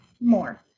more